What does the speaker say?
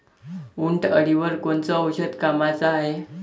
उंटअळीवर कोनचं औषध कामाचं हाये?